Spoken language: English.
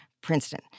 Princeton